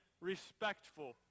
respectful